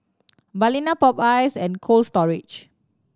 Balina Popeyes and Cold Storage